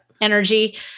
Energy